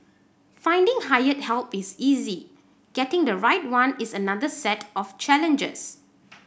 finding hired help is easy getting the right one is another set of challenges